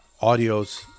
audios